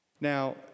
Now